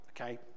okay